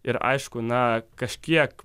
ir aišku na kažkiek